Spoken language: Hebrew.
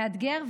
מאתגר,